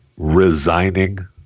resigning